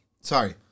sorry